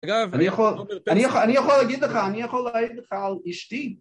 אגב, אני יכול להגיד לך, אני יכול להעיד לך על אשתי